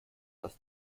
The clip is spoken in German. das